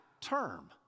term